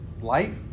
Light